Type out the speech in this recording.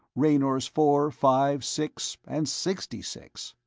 raynors four, five, six, and sixty-six!